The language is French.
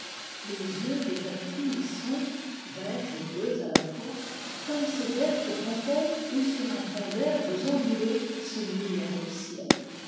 les yeux des jeunes filles y sont verts et bleus à la fois comme ces vertes fontaines où sur un fond d'herbes ondulées se mire le ciel